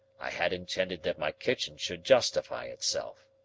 i had intended that my kitchen should justify itself.